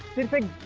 the bike.